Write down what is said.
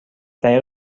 طریق